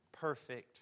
perfect